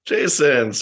Jason